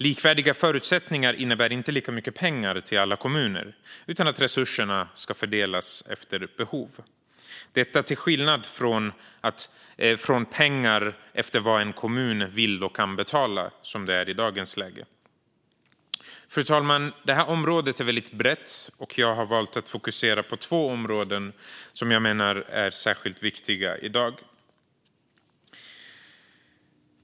Likvärdiga förutsättningar innebär inte lika mycket pengar till alla kommuner utan att resurserna ska fördelas efter behov - detta till skillnad från pengar efter vad en kommun vill och kan betala, som det är i dagens läge. Fru talman! Området är brett, och jag har valt att fokusera på två delområden som jag menar är särskilt viktiga i dag.